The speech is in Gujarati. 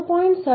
તેથી આ 16